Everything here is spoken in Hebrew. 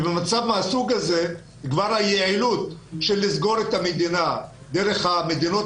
במצב הזה היעילות לסגור את המדינה דרך המדינות